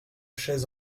chaises